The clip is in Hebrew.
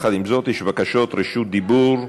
עם זאת, יש בקשות רשות דיבור.